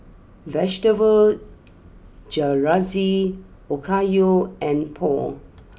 Vegetable Jalfrezi Okayu and Pho